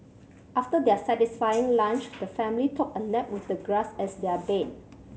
after their satisfying lunch the family took a nap with the grass as their bed